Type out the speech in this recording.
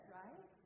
right